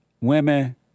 women